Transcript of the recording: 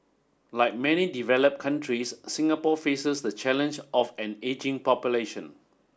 like many develop countries Singapore faces the challenge of an ageing population